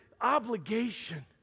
obligation